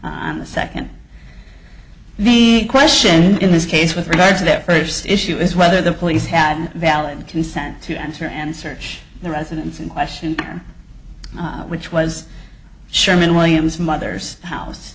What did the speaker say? on the second the question in this case with regard to that first issue is whether the police had valid consent to enter and search the residence in question which was sherman williams mother's house